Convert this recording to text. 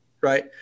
right